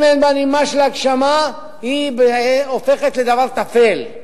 אם אין בה נימה של הגשמה היא הופכת לדבר תפל.